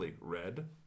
Red